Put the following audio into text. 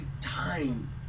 time